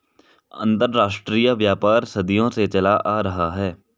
अंतरराष्ट्रीय व्यापार सदियों से चला आ रहा है